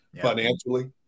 financially